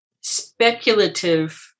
speculative